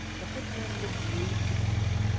the footmen looked relieved to see me,